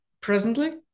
presently